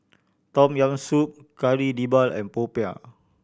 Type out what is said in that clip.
Tom Yam Soup Kari Debal and popiah